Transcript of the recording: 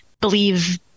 believe